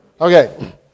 Okay